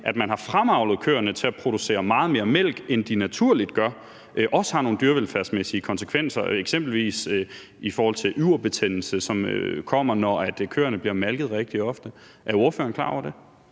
at man har fremavlet køerne til at producere meget mere mælk, end de naturligt gør, også har nogle dyrevelfærdsmæssige konsekvenser, eksempelvis i forhold til yverbetændelse, som kommer, når køerne bliver malket rigtig ofte. Er ordføreren klar over det?